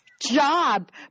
Job